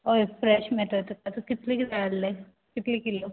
हय फ्रेश मेळट तुका कितले किल जाय आसलें कितले किलो